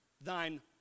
thine